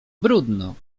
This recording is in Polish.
bródno